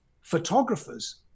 photographers